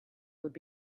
would